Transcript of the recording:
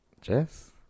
Jess